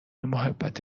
محبت